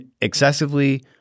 excessively